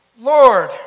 Lord